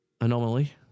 anomaly